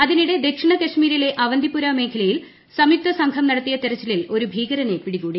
അതിനിടെ ദക്ഷിണ കശ്മീരിലെ അവന്തിപ്പുര മേഖലയിൽ സംയുക്ത സംഘം നടത്തിയ തെരച്ചിലിൽ ഒരു ഭീകരനെ പിടികൂടി